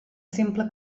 simple